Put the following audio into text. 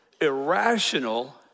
irrational